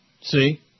See